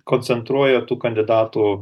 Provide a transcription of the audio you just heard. koncentruoja tų kandidatų